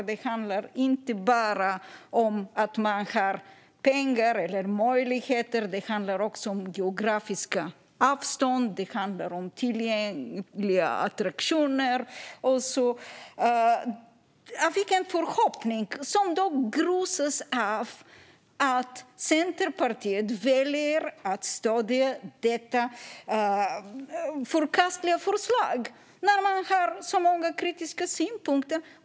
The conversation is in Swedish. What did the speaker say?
För det handlar inte bara om att ha pengar och möjligheter utan också om geografiska avstånd och tillgängliga attraktioner. Jag fick en förhoppning som dock grusades av att Centerpartiet väljer att stödja detta förkastliga förslag trots att man har många kritiska synpunkter.